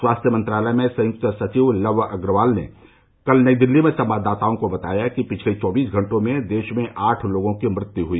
स्वास्थ्य मंत्रालय में संयुक्त सचिव लव अग्रवाल ने कल नई दिल्ली में संवाददाताओं को बताया कि पिछले चौबीस घटों में देश में आठ लोगों की मृत्यु हुई